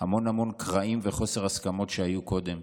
המון המון קרעים וחוסר הסכמות שהיו קודם.